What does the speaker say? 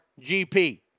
GP